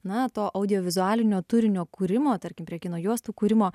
na to audiovizualinio turinio kūrimo tarkim prie kino juostų kūrimo